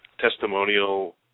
testimonial